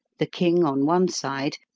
the king on one side,